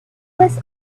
was